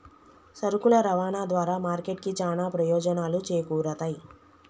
సరుకుల రవాణా ద్వారా మార్కెట్ కి చానా ప్రయోజనాలు చేకూరుతయ్